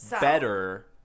better